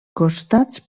costats